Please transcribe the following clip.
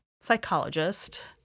psychologist